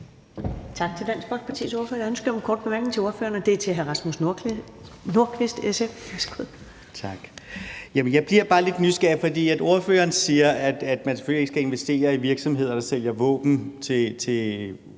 Jeg bliver bare lidt nysgerrig, for ordføreren siger, at man selvfølgelig ikke skal investere i virksomheder, der sælger våben,